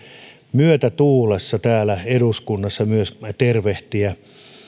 myötätuulessa myös täällä eduskunnassa tervehtiä